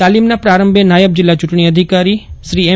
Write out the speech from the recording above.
તાલીમના પ્રારંભે નાયબ જિલ્લા ચૂંટણી અધિકારી એમ